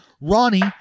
Ronnie